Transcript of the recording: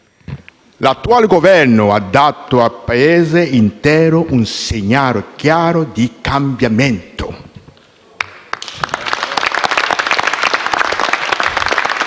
L'attuale Governo ha dato al Paese intero un segnale chiaro di cambiamento.